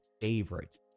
favorite